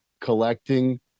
collecting